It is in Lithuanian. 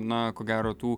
na ko gero tų